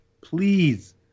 please